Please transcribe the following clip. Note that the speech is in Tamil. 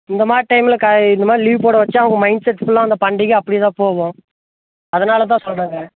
இந்த மாதிரி டைமில் க இது மாதிரி லீவ் போட வைச்சா அவங்க மைன்ட் செட் ஃபுல்லாக அந்த பண்டிகை அப்படி தான் போகும் அதனால் தான் சொல்கிறேன்